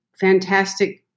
fantastic